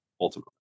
ultimately